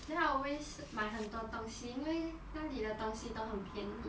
then I always 买很多东西因为那里的东西都很便宜